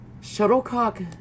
Shuttlecock